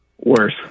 Worse